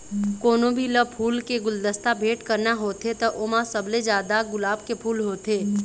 कोनो भी ल फूल के गुलदस्ता भेट करना होथे त ओमा सबले जादा गुलाब के फूल होथे